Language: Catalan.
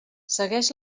segueix